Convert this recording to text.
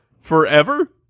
forever